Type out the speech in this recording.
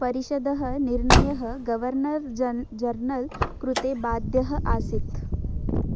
परिषदः निर्णयः governor general कृते बाध्यः आसीत्